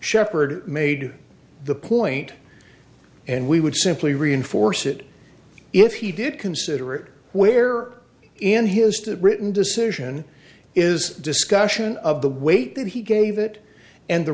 shepherd made the point and we would simply reinforce it if he did consider it where in his that written decision is discussion of the weight that he gave it and the